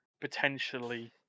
potentially